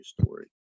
story